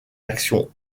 action